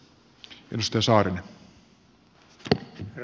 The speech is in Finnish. herra puhemies